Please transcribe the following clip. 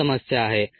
ही समस्या आहे